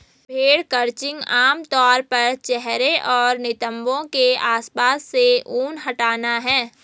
भेड़ क्रचिंग आम तौर पर चेहरे और नितंबों के आसपास से ऊन हटाना है